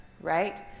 right